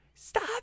Stop